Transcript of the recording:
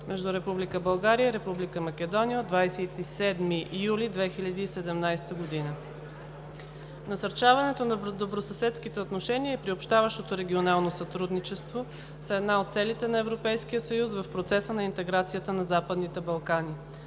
между Република България и Република Македония от 27 юли 2017 г. Насърчаването на добросъседските отношения и приобщаващото регионално сътрудничество са една от целите на Европейския съюз в процеса на интеграцията на Западните Балкани.